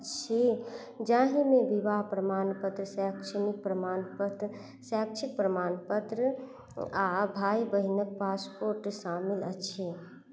छी जाहिमे विवाह प्रमाण पत्र शैक्षणिक प्रमाण पत्र शैक्षिक प्रमाण पत्र आ भाय बहिनक पासपोर्ट शामिल अछि